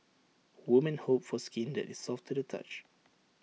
women hope for skin that is soft to the touch